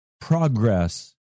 progress